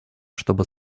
чтобы